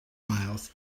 miles